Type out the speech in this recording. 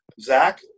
Zach